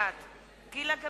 בעד גילה גמליאל,